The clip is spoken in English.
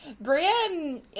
Brienne